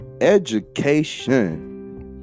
Education